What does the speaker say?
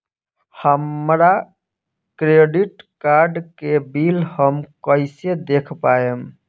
हमरा credit card के bill हम कइसे देख पाएम?